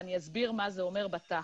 ואני אסביר מה זה אומר בתכל'ס.